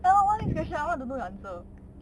and I want next question I want to do the answer